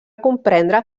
comprendre